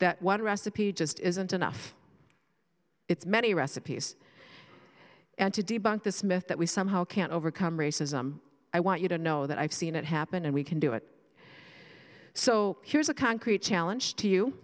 that one recipe just isn't enough it's many recipes and to debunk this myth that we somehow can't overcome racism i want you to know that i've seen it happen and we can do it so here's a concrete challenge to you